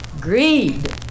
Greed